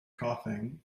coughing